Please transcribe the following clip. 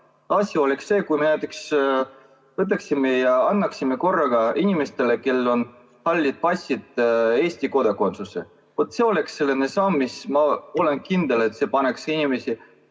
asi oleks see, kui me võtaksime ja annaksime korraga inimestele, kellel on hallid passid, Eesti kodakondsuse. See oleks selline samm, mis, ma olen kindel, paneks inimesi